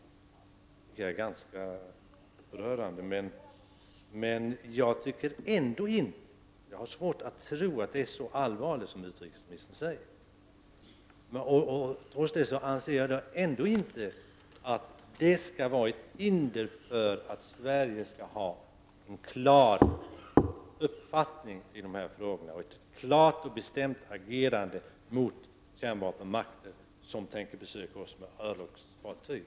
Detta låter ganska upprörande, men jag har svårt att tro att det är så allvarligt som utrikesministern säger, Om så vore, anser jag att detta inte skulle vara ett hinder för att Sverige skall ha en klar uppfattning när det gäller dessa frågor och ett bestämt agerande mot de kärnvapenmakter som tänker besöka oss med örlogsfartyg.